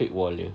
fake wall jer